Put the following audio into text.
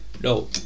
no